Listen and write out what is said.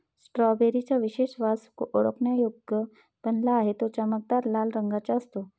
strawberry चा विशेष वास ओळखण्यायोग्य बनला आहे, तो चमकदार लाल रंगाचा असतो